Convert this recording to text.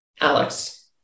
Alex